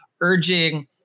urging